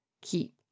keep